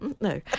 No